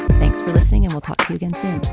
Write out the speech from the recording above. thanks for listening. and we'll talk to you again soon